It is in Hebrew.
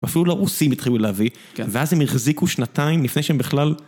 אפילו לרוסים התחילו להביא, ואז הם החזיקו שנתיים, לפני שהם בכלל...